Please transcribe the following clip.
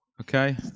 Okay